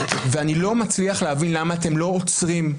ואני לא מצליח להבין למה אתם לא עוצרים,